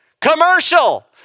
Commercial